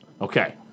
Okay